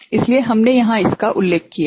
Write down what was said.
इसलिए हमने यहां इसका उल्लेख किया है